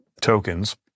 tokens